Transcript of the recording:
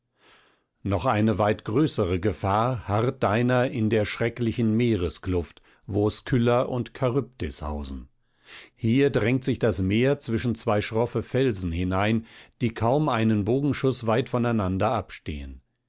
noch eine weit größere gefahr harrt deiner in der schrecklichen meereskluft wo skylla und charybdis hausen hier drängt sich das meer zwischen zwei schroffe felsen hinein die kaum einen bogenschuß weit voneinander abstehen